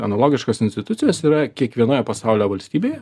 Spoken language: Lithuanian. analogiškos institucijos yra kiekvienoje pasaulio valstybėje